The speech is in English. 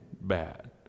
bad